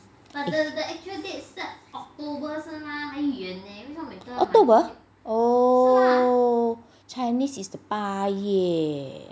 october oo chinese is 八月